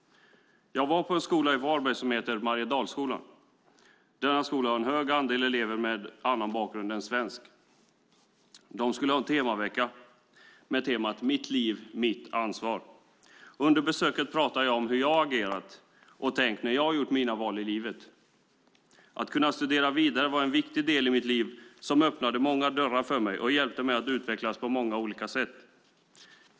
Jag var på en skola i Varberg som heter Mariedalsskolan. Skolan har en stor andel elever med annan bakgrund än svensk. De hade temaveckan Mitt liv, mitt ansvar. Under besöket pratade jag om hur jag har agerat och tänkt när jag har gjort mina val i livet. Att kunna studera vidare var en viktig del i mitt liv. Det öppnade många dörrar för mig och hjälpte mig att utvecklas på många olika sätt.